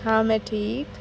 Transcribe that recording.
ہاں میں ٹھیک